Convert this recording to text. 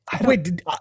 Wait